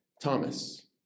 Thomas